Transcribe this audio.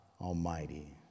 Almighty